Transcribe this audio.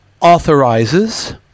authorizes